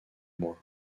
mois